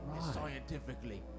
Scientifically